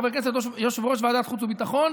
חבר הכנסת ויושב-ראש ועדת החוץ והביטחון,